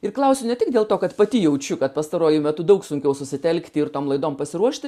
ir klausiu ne tik dėl to kad pati jaučiu kad pastaruoju metu daug sunkiau susitelkti ir tom laidom pasiruošti